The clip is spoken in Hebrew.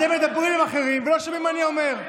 אתם מדברים עם אחרים ולא שומעים את מה שאני אומר.